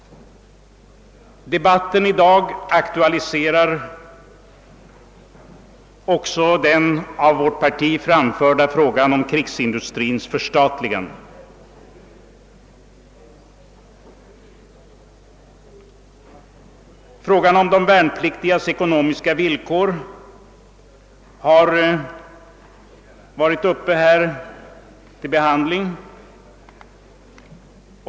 Debatten i dag har också anknytning till den av vårt parti aktualiserade frågan om krigsindustrins förstatligande. Frågan om de värnpliktigas ekonomiska villkor har varit uppe till behandling.